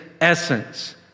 essence